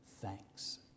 thanks